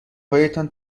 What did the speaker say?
هایتان